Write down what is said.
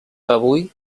avui